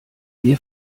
wir